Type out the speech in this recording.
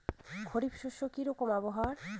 খরিফ শস্যে কি রকম আবহাওয়ার?